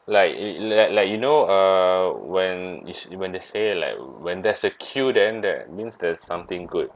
like it like like you know uh when it's when they say like when there's a queue then that means there's something good